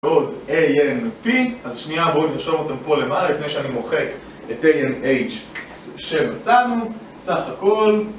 עוד ANP, אז שנייה בואו נדרשם אותם פה למעלה לפני שאני מוחק את ANH שמצאנו, בסך הכל